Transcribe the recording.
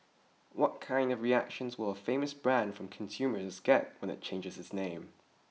what kind of reactions will a famous brand from consumers get when it changes its name